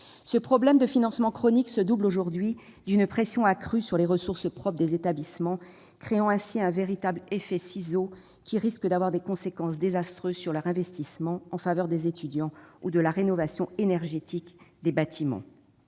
Ce problème de financement chronique se double aujourd'hui d'une pression accrue sur les ressources propres des établissements, créant ainsi un véritable effet ciseau qui risque d'avoir des conséquences désastreuses sur leurs investissements en faveur des étudiants ou de la rénovation énergétique des bâtiments.